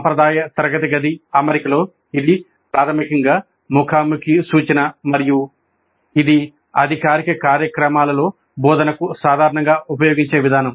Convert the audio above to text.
సాంప్రదాయ తరగతి గది అమరికలో ఇది ప్రాథమికంగా ముఖాముఖి సూచన మరియు ఇది అధికారిక కార్యక్రమాలలో బోధనకు సాధారణంగా ఉపయోగించే విధానం